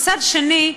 מצד שני,